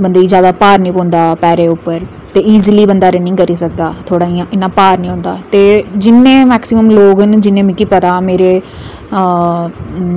बंदे गी जैदा भार नेईं पौंदा पैरें उप्पर ते ईजली बंदा रनिंग करी सकदा थोह्ड़ा इ'यां इन्ना भार नेईं होंदा ते जिन्ने मैक्सीमम लोक न जि'यां मिगी पता मेरे